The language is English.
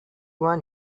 one